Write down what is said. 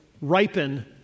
ripen